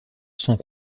sont